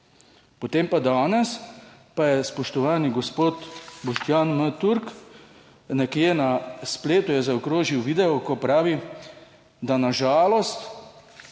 Potem pa danes pa je spoštovani gospod Boštjan M. Turk, nekje na spletu je zaokrožil video, ko pravi, da na žalost